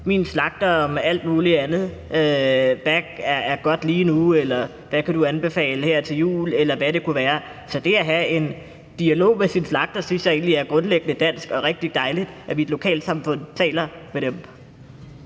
min slagter om alt muligt andet, hvad der er godt lige nu, eller hvad man kan anbefale her til jul, eller hvad det kunne være. Så det at have en dialog med sin slagter synes jeg egentlig er grundlæggende dansk og rigtig dejligt, altså at vi i et lokalsamfund taler med dem.